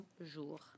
jour